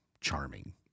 charming